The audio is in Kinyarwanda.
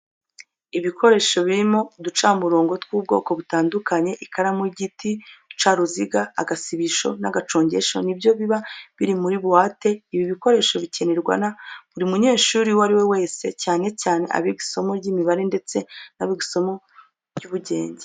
Ibikoresho birimo uducamurongo tw'ubwoko butandukanye, ikaramu y'igiti, uducaruziga, agasibisho n'agacongesho, ni byo biba biri muri buwate. Ibi bikoresho bikenerwa na buri munyeshuri uwo ari we wese, cyane cyane abiga isomo ry'imibare ndetse n'abiga isomo ry'ubugenge.